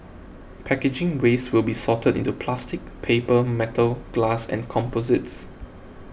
packaging waste will be sorted into plastic paper metal glass and composites